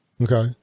okay